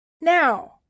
Now